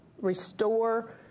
restore